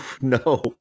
No